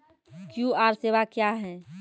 QR सेवा क्या हैं?